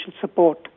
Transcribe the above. support